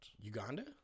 Uganda